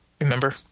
Remember